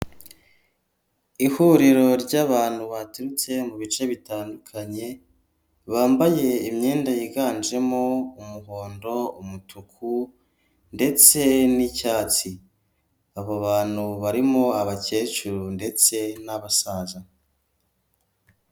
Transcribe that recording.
Ihuriro ry'abantu baturutse mu bice bitandukanye, bambaye imyenda yiganjemo umuhondo, umutuku ndetse n'icyatsi, abo bantu barimo abakecuru ndetse n'abasaza.